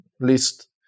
list